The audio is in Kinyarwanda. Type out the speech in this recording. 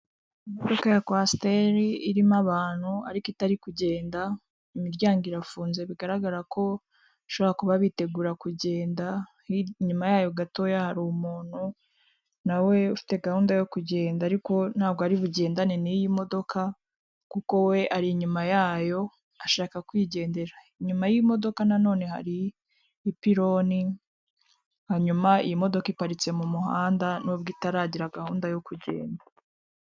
Imodoka ya kwasiteri irimo abantu ariko itari kugenda, imiryango irafunze bigaragara ko bashobora kuba bitegura kugenda, hirya inyuma yayo gatoya hari umuntu nawe ufite gahunda yo kugenda ariko we ntabwo ari bugendane n'iyi modoka kuko we ari inyuma yayo ashaka kwigendera, inyuma y'imodoka nanone hari ipitoni, hanyuma imdoko iparitse mu muhanda n'ubwo itaragira gahunda yo kugenda.